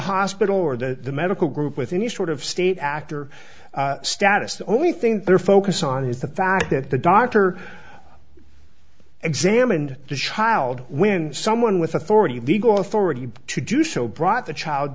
hospital or the medical group with any sort of state actor status the only thing they're focused on is the fact that the doctor examined the child when someone with authority legal authority to do so brought the child